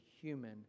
human